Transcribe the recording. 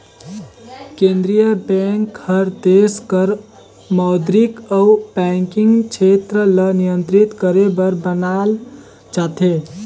केंद्रीय बेंक हर देस कर मौद्रिक अउ बैंकिंग छेत्र ल नियंत्रित करे बर बनाल जाथे